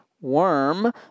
worm